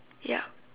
yup